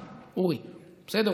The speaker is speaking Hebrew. אורי, בסדר?